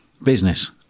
Business